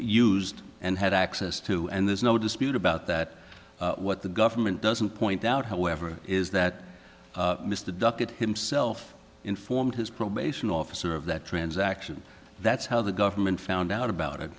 used and had access to and there's no dispute about that what the government doesn't point out however is that mr duckett himself informed his probation officer of that transaction that's how the government found out about it